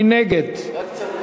מי נגד?